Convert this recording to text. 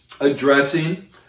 addressing